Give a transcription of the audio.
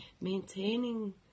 Maintaining